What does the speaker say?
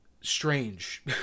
strange